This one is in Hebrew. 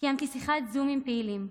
קיימתי שיחת זום עם פעילים.